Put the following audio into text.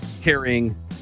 carrying